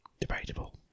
Debatable